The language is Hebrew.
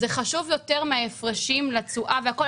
זה חשוב יותר מההפרשים לתשואה והכול.